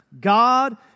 God